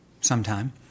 sometime